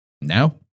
Now